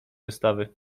wystawy